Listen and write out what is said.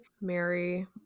mary